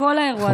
בכל האירוע הזה,